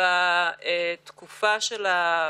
ועוד מרכיב